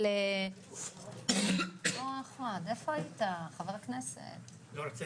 אבל -- אנחנו לא נשווה